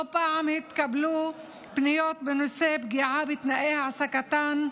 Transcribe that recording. לא פעם התקבלו פניות בנושא פגיעה בתנאי העסקתן,